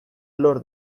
lor